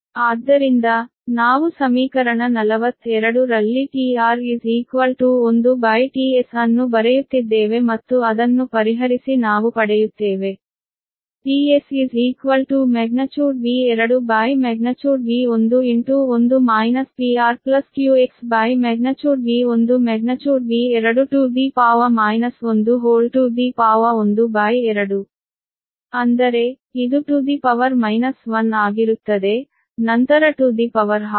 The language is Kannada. ಆದ್ದರಿಂದ ನಾವು ಸಮೀಕರಣ 42 ರಲ್ಲಿ tR1tS ಅನ್ನು ಬರೆಯುತ್ತಿದ್ದೇವೆ ಮತ್ತು ಅದನ್ನು ಪರಿಹರಿಸಿ ನಾವು ಪಡೆಯುತ್ತೇವೆ tS |V2||V1|1 PRQX|V1||V2| 112 ಅಂದರೆ ಇದು to the power minus one ಆಗಿರುತ್ತದೆ ನಂತರ ಟು ದಿ ಪವರ್ ಹಾಫ್